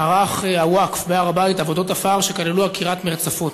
ערך הווקף בהר-הבית עבודות עפר שכללו עקירת מרצפות.